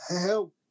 help